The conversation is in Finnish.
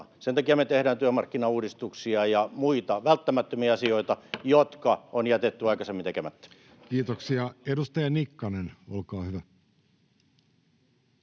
Sen takia me tehdään työmarkkinauudistuksia ja muita välttämättömiä asioita, jotka on jätetty aikaisemmin tekemättä. [Timo Harakan välihuuto] Kiitoksia. — Edustaja Nikkanen, olkaa hyvä.